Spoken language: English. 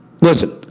listen